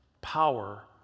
power